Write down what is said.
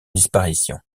disparition